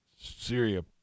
Syria